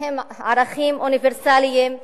הם ערכים אוניברסליים, בטרוריזם.